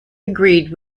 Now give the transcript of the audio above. agreed